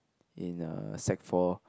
in err sec four